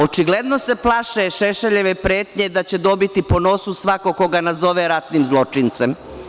Očigledno se plaše Šešeljeve pretnje da će dobiti po nosu svako ko ga nazove ratnim zločincem.